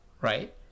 right